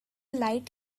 light